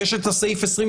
כי יש את סעיף 24,